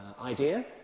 idea